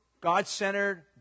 God-centered